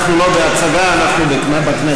אנחנו לא בהצגה, אנחנו בכנסת.